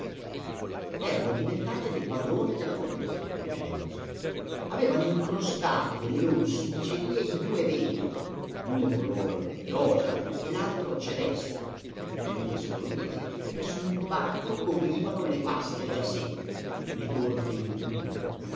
erano diventate le padrone della bottega quelle mosche avevano incrostato delle loro sudicerie i due veli l'uno color di rosa e l'altro celeste tutt'e due scoloriti che sul banco coprivano le paste già secche le torte